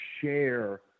share